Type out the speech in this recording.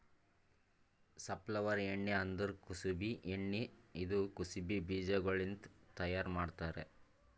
safflower ಎಣ್ಣಿ ಅಂದುರ್ ಕುಸುಬಿ ಎಣ್ಣಿ ಇದು ಕುಸುಬಿ ಬೀಜಗೊಳ್ಲಿಂತ್ ತೈಯಾರ್ ಮಾಡ್ತಾರ್